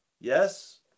Yes